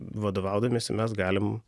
vadovaudamiesi mes galim